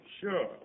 Sure